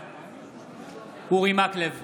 בעד אורי מקלב,